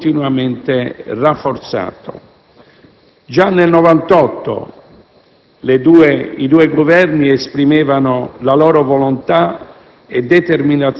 si è continuamente rafforzato. Già nel 1998 i due Governi esprimevano la loro volontà